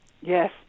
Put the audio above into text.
yes